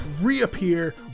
reappear